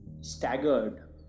staggered